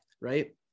right